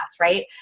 right